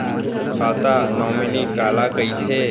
खाता नॉमिनी काला कइथे?